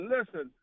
Listen